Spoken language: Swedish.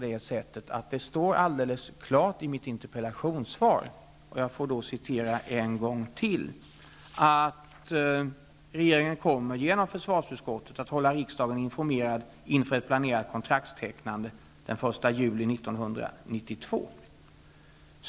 Det står alldeles klart i mitt interpellationssvar: ''Regeringen kommer, genom försvarsutskottet, att hålla riksdagen informerad inför ett planerat kontraktstecknande den 1 juli 1992.''